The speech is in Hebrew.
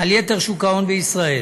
על יתר שוק ההון בישראל.